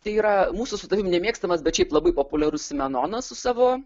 tai yra mūsų su tavim nemėgstamas bet šiaip labai populiarus simenonas su savo